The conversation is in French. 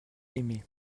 aimé